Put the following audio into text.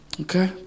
okay